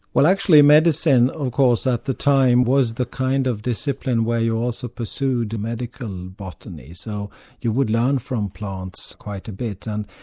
well actually medicine of course at the time was the kind of discipline where you also pursued medical botany, so he would learn from plants quite a bit. and